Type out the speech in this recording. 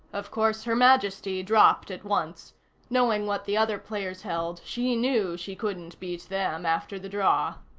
of course her majesty dropped at once knowing what the other players held, she knew she couldn't beat them after the draw.